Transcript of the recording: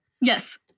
Yes